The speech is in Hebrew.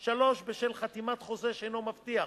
3. בשל חתימת חוזה שאינו מבטיח